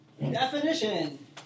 definition